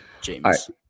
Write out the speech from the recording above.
James